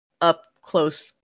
up-close